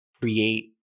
create